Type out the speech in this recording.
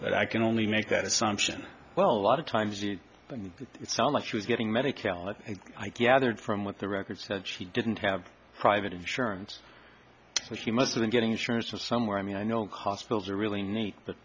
that i can only make that assumption well a lot of times you and it sound like she was getting many kalak i gathered from what the records said she didn't have private insurance so she must have been getting insurance of somewhere i mean i know hospitals are really neat but